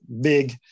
big